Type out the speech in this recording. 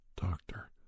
doctor